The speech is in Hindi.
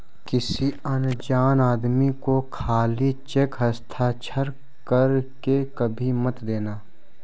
किसी अनजान आदमी को खाली चेक हस्ताक्षर कर के कभी मत देना